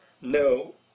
No